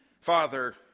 Father